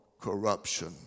corruption